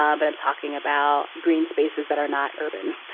um but i'm talking about green spaces that are not urban.